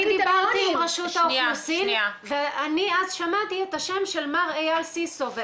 אני דיברתי עם רשות האוכלוסין ואני אז שמעתי את השם של מר אייל סיסו,